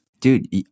Dude